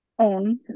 own